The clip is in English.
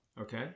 Okay